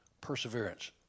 Perseverance